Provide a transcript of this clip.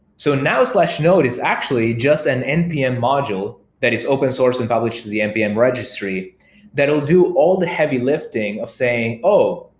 so now node is actually just an npm module that is open source and published to the npm registry that will do all the heavy lifting of saying, oh!